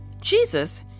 Jesus